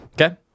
Okay